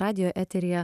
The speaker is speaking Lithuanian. radijo eteryje